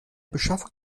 beschaffung